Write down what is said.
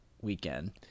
weekend